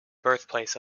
birthplace